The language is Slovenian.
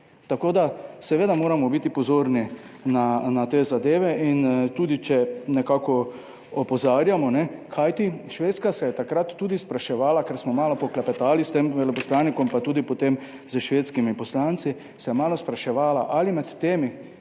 Tako, da seveda moramo biti pozorni na te zadeve in tudi, če nekako opozarjamo, kajne, kajti Švedska se je takrat tudi spraševala, ker smo malo poklepetali s tem veleposlanikom, pa tudi potem s švedskimi poslanci, se je malo spraševala, ali med temi,